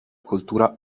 cultura